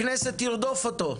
הכנסת תרדוף אותו.